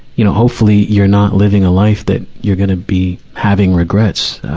you know, hopefully you're not living a life that you're gonna be having regrets, ah,